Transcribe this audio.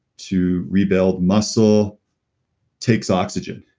to rebuild muscle takes oxygen.